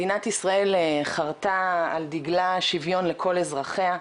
מדינת ישראל חרטה על דגלה שיוון לכל אזרחיה,